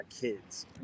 kids